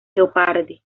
jeopardy